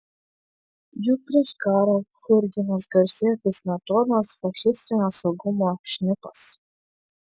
juk prieš karą churginas garsėjo kaip smetonos fašistinio saugumo šnipas